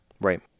Right